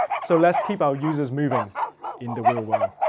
so let's keep our users moving in the real world.